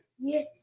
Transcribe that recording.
Yes